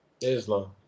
Islam